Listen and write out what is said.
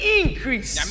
increase